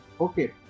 okay